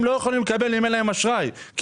הם לא יכולים לקבל אם אין להם אשראי כי